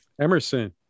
Emerson